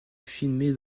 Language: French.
filmé